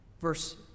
Verse